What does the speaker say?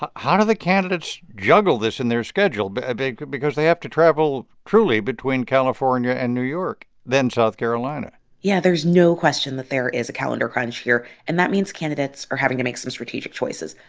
ah how do the candidates juggle this in their schedule? but because they have to travel truly between california and new york, then south carolina yeah, there's no question that there is a calendar crunch here. and that means candidates are having to make some strategic choices.